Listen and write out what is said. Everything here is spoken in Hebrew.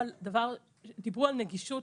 דיברו על נגישות.